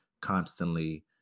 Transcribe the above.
constantly